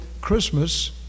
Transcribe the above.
Christmas